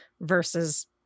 versus